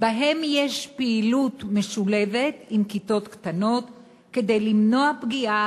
שבהם יש פעילות משולבת עם כיתות קטנות כדי למנוע פגיעה